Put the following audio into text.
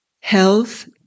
health